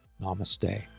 Namaste